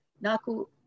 Naku